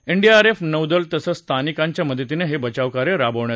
NDRF नौदल तसंच स्थानिकांच्या मदतीनं हे बचाव कार्य राबवण्यात आलं